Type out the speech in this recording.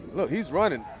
he's running.